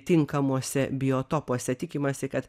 tinkamuose biotopuose tikimasi kad